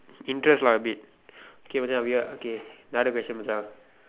interest lah a bit K Macha we are okay another question Macha